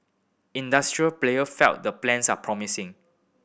industry players feel the plans are promising